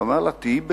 הוא אמר לה: תהיי בשקט.